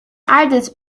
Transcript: artist